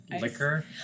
liquor